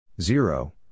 zero